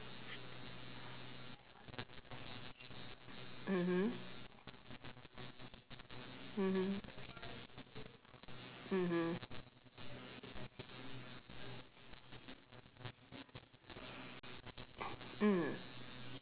mmhmm mmhmm mmhmm mm